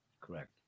Correct